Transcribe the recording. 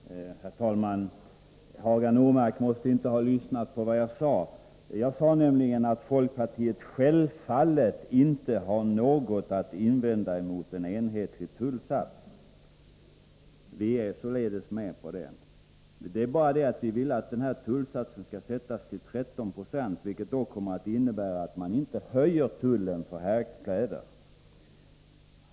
Herr talman! Hagar Normark måtte inte ha lyssnat på vad jag sade. Jag sade nämligen att folkpartiet självfallet inte har någonting att invända mot en enhetlig tullsats. Vi är således med på det förslaget. Det är bara det att vi vill att denna tullsats skall sättas till 13 96, vilket kommer att innebära att man inte höjer tullen för herrkläder.